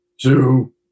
two